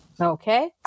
Okay